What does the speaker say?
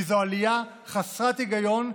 כי זו עלייה חסרת היגיון,